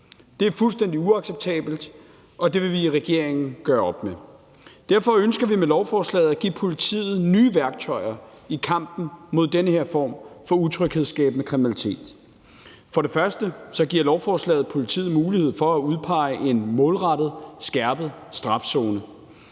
Det er fuldstændig uacceptabelt, og det vil vi i regeringen gøre op med. Derfor ønsker vi med lovforslaget at give politiet nye værktøjer i kampen mod den her form for utryghedsskabende kriminalitet. For det første giver lovforslaget politiet mulighed for at udpege en målrettet skærpet strafzone.